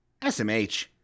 SMH